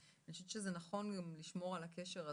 אני חושבת שזה נכון גם לשמור על הקשר הזה.